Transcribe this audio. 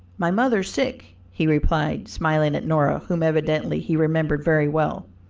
my mother sick, he replied, smiling at nora whom evidently he remembered very well.